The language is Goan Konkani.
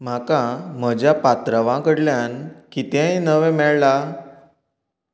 म्हाका म्हज्या पात्रांवा कडल्यान कितेंय नवें मेळ्ळां